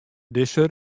dizze